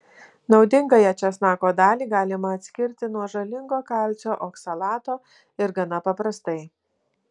naudingąją česnako dalį galima atskirti nuo žalingo kalcio oksalato ir gana paprastai